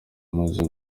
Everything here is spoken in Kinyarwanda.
imaze